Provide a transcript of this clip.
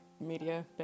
media